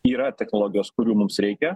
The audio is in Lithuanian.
yra technologijos kurių mums reikia